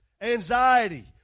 anxiety